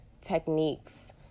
techniques